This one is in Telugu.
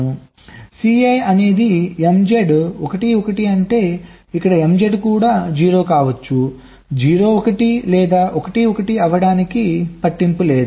Cl అనేది MZ 1 1 అంటే ఇక్కడ ఈ MZ కూడా 0 కావచ్చు 0 1 లేదా 1 1 అవ్వడానికి పట్టింపు లేదు